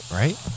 right